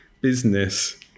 business